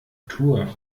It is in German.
tour